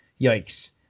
yikes